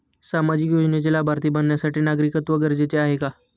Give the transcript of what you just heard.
सामाजिक योजनेचे लाभार्थी बनण्यासाठी नागरिकत्व गरजेचे आहे का?